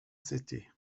city